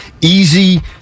easy